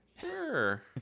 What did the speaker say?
sure